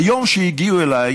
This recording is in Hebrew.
ביום שהגיעו אליי